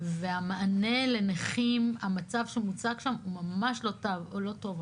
והמענה לנכים, המצב שמוצג שם הוא ממש לא טוב.